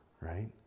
right